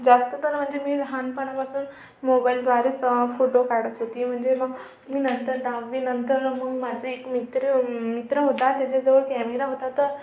जास्त तर म्हणजे मी लहानपणापासून मोबाइलद्वारेच फोटो काढत होती म्हणजे मग मी नंतर दहावीनंतर मग माझा एक मित्र मित्र होता त्याच्याजवळ कॅमेरा होता तर